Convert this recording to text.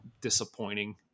disappointing